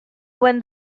when